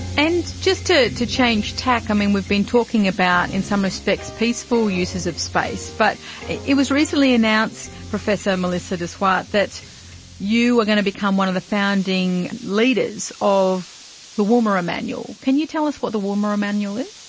and just to to change tack, um and we've been talking about in some respects peaceful uses of space, but it it was recently announced, professor melissa de zwart, that you were going to become one of the founding leaders of of the woomera manual. can you tell us what the woomera manual is?